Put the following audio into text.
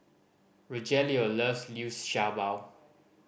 Rogelio loves Liu Sha Bao